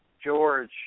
George